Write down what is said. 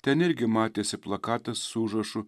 ten irgi matėsi plakatas su užrašu